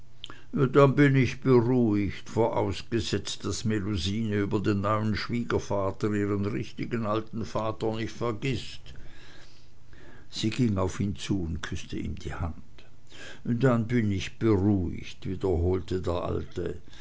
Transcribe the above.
dann bin ich beruhigt vorausgesetzt daß melusine über den neuen schwiegervater ihren richtigen alten vater nicht vergißt sie ging auf ihn zu und küßte ihm die hand dann bin ich beruhigt wiederholte der alte